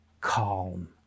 calm